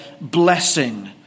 blessing